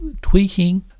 tweaking